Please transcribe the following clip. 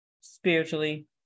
spiritually